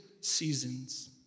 seasons